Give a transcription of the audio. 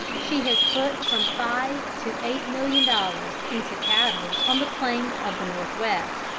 she has put from five to eight million dollars into cattle on the plains of the northwest,